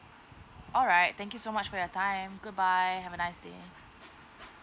alright thank you so much for your time goodbye have a nice day